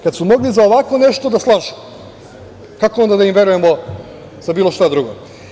Kad su mogli za ovako nešto da slažu, kako onda da im verujemo za bilo šta drugo?